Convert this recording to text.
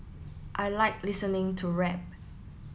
I like listening to rap